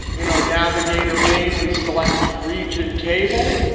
in our navigator pane, we select region table.